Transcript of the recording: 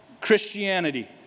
Christianity